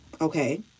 okay